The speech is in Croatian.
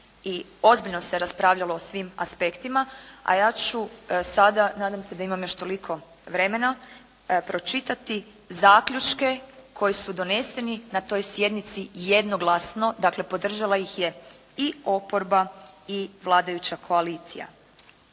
i ozbiljno se raspravljalo o svim aspektima, a ja ću sada nadam se da imam još toliko vremena pročitati zaključke koji su doneseni na toj sjednici jednoglasno, dakle podržala ih je i oporba i vladajuća koalicija.